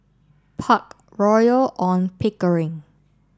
Park Royal on Pickering